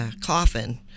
coffin